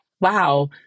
wow